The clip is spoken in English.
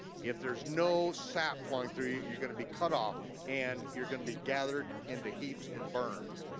if there's no sap flowing through you, you're gonna be cut off and you're gonna be gathered into heaps and burned.